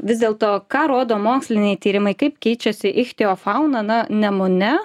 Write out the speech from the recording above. vis dėlto ką rodo moksliniai tyrimai kaip keičiasi ichtiofauna na nemune